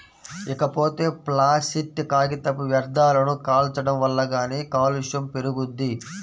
ఇకపోతే ప్లాసిట్ కాగితపు వ్యర్థాలను కాల్చడం వల్ల గాలి కాలుష్యం పెరుగుద్ది